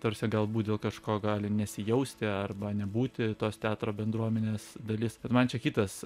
tarsi galbūt dėl kažko gali nesijausti arba nebūti tos teatro bendruomenės dalis bet man čia kitas